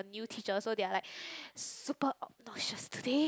new teacher so they are like super obnoxious today